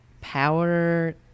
power